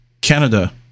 Canada